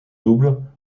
double